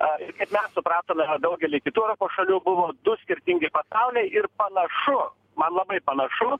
ar mes supratome daugelį kitų europos šalių buvo du skirtingi pasauliai ir panašu man labai panašu